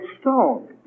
stone